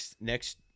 next